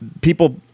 people